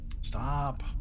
Stop